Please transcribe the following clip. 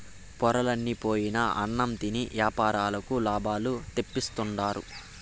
పొరలన్ని పోయిన అన్నం తిని యాపారులకు లాభాలు తెప్పిస్తుండారు